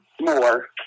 more